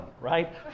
right